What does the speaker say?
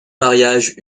mariage